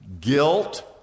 Guilt